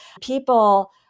people